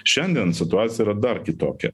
šiandien situacija yra dar kitokia